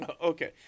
Okay